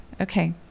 Okay